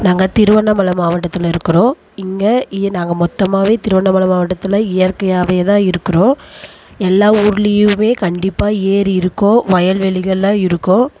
நாங்கள் திருவண்ணாமலை மாவட்டத்தில் இருக்கிறோம் இங்கே எ நாங்கள் மொத்தமாகவே திருவண்ணாமலை மாவட்டத்தில் இயற்கையாகவே தான் இருக்கிறோம் எல்லா ஊர்லேயுமே கண்டிப்பாக ஏறி இருக்கும் வயல்வெளிகள்லாம் இருக்கும்